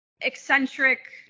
eccentric